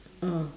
oh